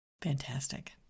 Fantastic